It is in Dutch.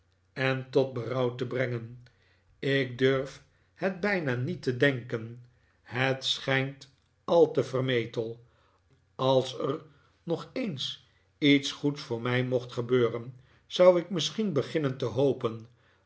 en tot berouw te brengen ik durf het bijna niet te denken het schijnt al te vermetel als er nog eens iets goeds door mij mocht gebeuren zou ik misschien beginnen te hopen